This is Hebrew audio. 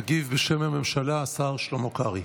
יגיב בשם הממשלה השר שלמה קרעי.